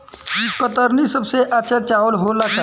कतरनी सबसे अच्छा चावल होला का?